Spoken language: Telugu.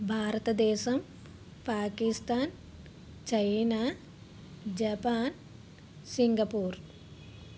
Bharatadesam Pakistan China Japan Singapore